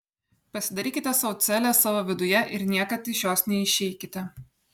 pasidarykite sau celę savo viduje ir niekad iš jos neišeikite